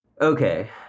Okay